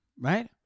right